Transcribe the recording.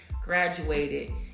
graduated